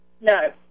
No